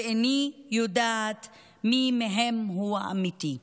/ ואיני יודעת / מי מהם הוא אמיתי.